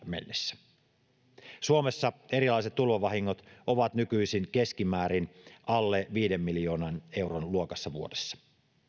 mennessä suomessa erilaiset tulvavahingot ovat nykyisin keskimäärin alle viiden miljoonan euron luokkaa vuodessa